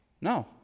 No